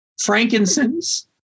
Frankincense